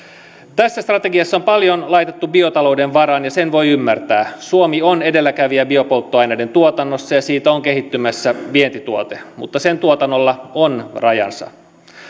tässä strategiassa on paljon laitettu biotalouden varaan ja sen voi ymmärtää suomi on edelläkävijä biopolttoaineiden tuotannossa ja siitä on kehittymässä vientituote mutta sen tuotannolla on rajansa